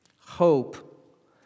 Hope